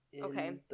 okay